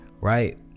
right